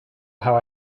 how